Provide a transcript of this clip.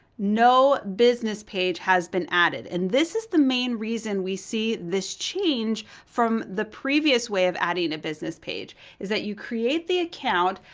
no business page has been added, and this is the main reason we see this change from the previous way of adding a business page is that you create the account,